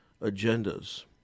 agendas